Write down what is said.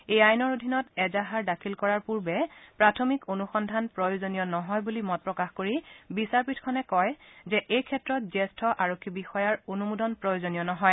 এই আইনৰ অধীনত এজাহাৰ দাখিল কৰাৰ পূৰ্বে প্ৰাথমিক অনুসন্ধান প্ৰয়োজনীয় নহয় বুলি মত প্ৰকাশ কৰি বিচাৰপীঠখনে কয় যে এই ক্ষেত্ৰত জ্যেষ্ঠ আৰক্ষী বিষয়াৰ অনুমোদন প্ৰয়োজনীয় নহয়